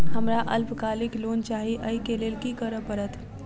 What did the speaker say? हमरा अल्पकालिक लोन चाहि अई केँ लेल की करऽ पड़त?